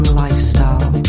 lifestyle